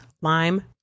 Lime